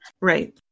Right